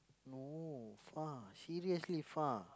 no far seriously far